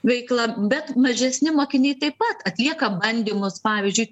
veikla bet mažesni mokiniai taip pat atlieka bandymus pavyzdžiui